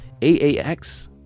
AAX